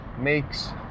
makes